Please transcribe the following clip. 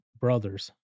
brothers